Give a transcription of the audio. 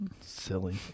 silly